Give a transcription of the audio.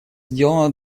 сделано